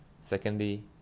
Secondly